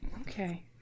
okay